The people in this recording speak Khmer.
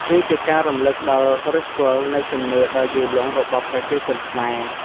វាជាការរំឭកដល់ឫសគល់នៃជំនឿដ៏យូរលង់របស់ប្រជាជនខ្មែរ។